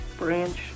branch